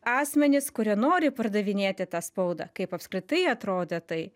asmenys kurie nori pardavinėti tą spaudą kaip apskritai atrodė tai